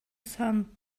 sent